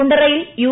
കുണ്ടറയിൽ U